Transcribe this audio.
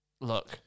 look